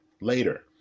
later